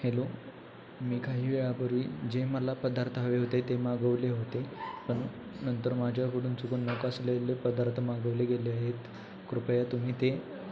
hello मी काही वेळापूर्वी जे मला पदार्थ हवे होते ते मागवले होते पण नंतर माझ्याकडून चुकून नको असलेले पदार्थ मागवले गेले आहेत कृपया तुम्ही ते